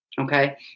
Okay